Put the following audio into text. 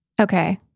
Okay